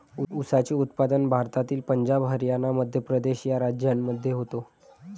ऊसाचे उत्पादन भारतातील पंजाब हरियाणा मध्य प्रदेश या राज्यांमध्ये होते